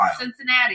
Cincinnati